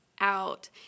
out